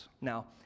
Now